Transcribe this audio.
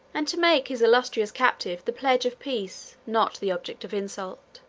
and to make his illustrious captive the pledge of peace, not the object of insult,